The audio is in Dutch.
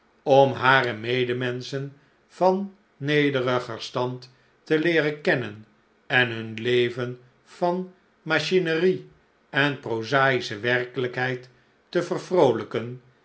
om hare medemenschen van nederiger stand te leeren kennen en nun leven van machinerie en prozaische werkelijkheid te vervroolijken